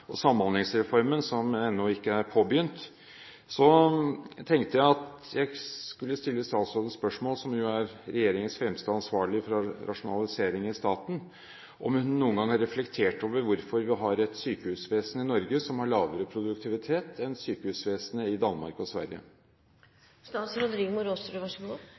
og til Samhandlingsreformen, som ennå ikke er påbegynt, tenkte jeg at jeg skulle spørre statsråden, som er regjeringens fremste ansvarlige for rasjonalisering i staten, om hun noen gang har reflektert over hvorfor vi har et sykehusvesen i Norge som har lavere produktivitet enn sykehusvesenet i Danmark og